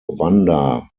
wanda